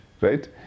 right